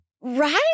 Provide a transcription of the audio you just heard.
Right